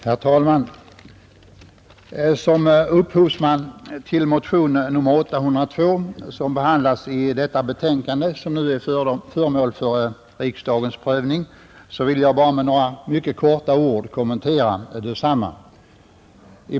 Herr talman! Som upphovsman till motionen 802, som behandlas i det betänkande som nu är föremål för riksdagens prövning, vill jag med några korta ord kommentera densamma.